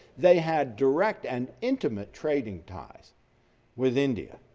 they had direct and intimate trading task with india.